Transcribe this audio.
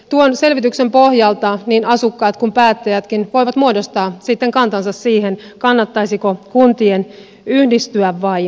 tuon selvityksen pohjalta niin asukkaat kuin päättäjätkin voivat muodostaa sitten kantansa siihen kannattaisiko kuntien yhdistyä vai ei